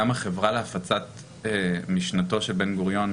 החברה להפצת משנתו של בן-גוריון,